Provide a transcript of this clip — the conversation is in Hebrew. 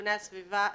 ארגוני הסביבה "אדם,